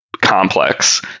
complex